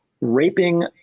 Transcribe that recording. raping